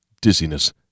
Dizziness